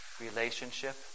relationship